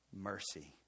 mercy